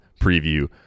preview